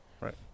Right